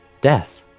death